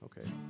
Okay